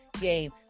game